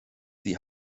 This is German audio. die